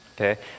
okay